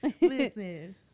Listen